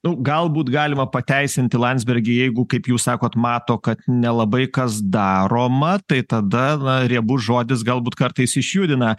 nu galbūt galima pateisinti landsbergį jeigu kaip jūs sakot mato kad nelabai kas daroma tai tada na riebus žodis galbūt kartais išjudina